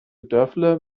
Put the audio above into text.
dörfler